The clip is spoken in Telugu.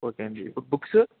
ఓకే అండీ ఇప్పుడు బుక్స్